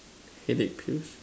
headache pills